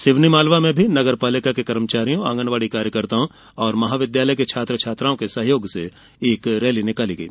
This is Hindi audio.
सिवनीमालवा में भी नगर पालिका के कर्मचारियों आंगनवाड़ी कार्यकर्ताओं और महाविद्यालय के छात्र छात्राओं के सहयोग से एक रैली निकाली गई